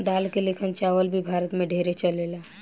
दाल के लेखन चावल भी भारत मे ढेरे चलेला